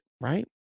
right